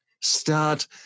start